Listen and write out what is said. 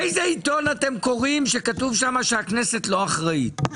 איזה עיתון אתם קוראים שכתוב שם שהכנסת לא אחראית?